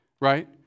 right